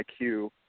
IQ